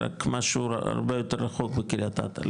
רק משהו הרבה יותר רחוב בקריית אתא,